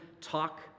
talk